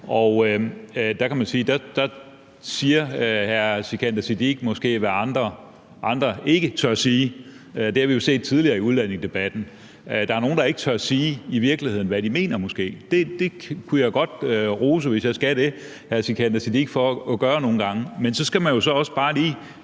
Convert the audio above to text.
kan man sige, at hr. Sikandar Siddique måske siger, hvad andre ikke tør sige. Det har vi jo set tidligere i udlændingedebatten. Der er måske nogle, der i virkeligheden ikke tør sige, hvad de mener. Det kunne jeg godt, hvis jeg skulle det, rose hr. Sikandar Siddique for at gøre nogle gange. Men så skal man jo også bare lige